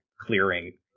clearing